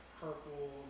purple